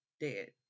dead